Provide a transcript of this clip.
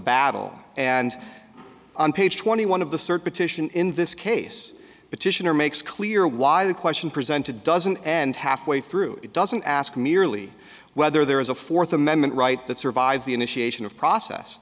battle and on page twenty one of the circuit ition in this case petitioner makes clear why the question presented doesn't and halfway through it doesn't ask merely whether there is a fourth amendment right that sort by the initiation of process